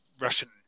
Russian